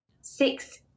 six